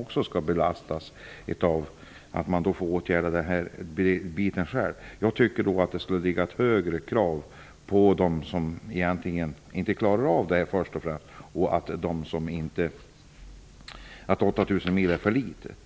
Också de belastas med att ägaren får åtgärda detta själv. Jag tycker att det skulle finnas större krav på dem som i första hand inte klarar av detta. 8 000 mil är för litet.